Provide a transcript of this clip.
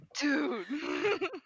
dude